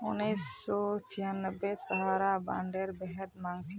उन्नीस सौ छियांबेत सहारा बॉन्डेर बेहद मांग छिले